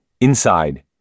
Inside